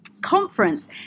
conference